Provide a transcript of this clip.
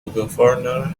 governor